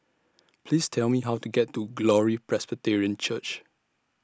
Please Tell Me How to get to Glory Presbyterian Church